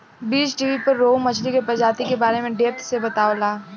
बीज़टीवी पर रोहु मछली के प्रजाति के बारे में डेप्थ से बतावता